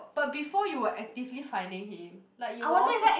but before you're actively finding him like you also